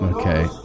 okay